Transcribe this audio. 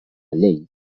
llei